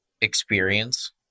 experience